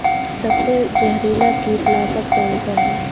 सबसे जहरीला कीटनाशक कौन सा है?